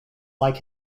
like